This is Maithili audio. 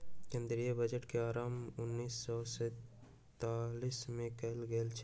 केंद्रीय बजट के आरम्भ उन्नैस सौ सैंतालीस मे कयल गेल छल